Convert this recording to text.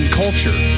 culture